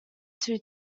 two